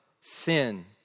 sin